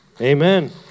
Amen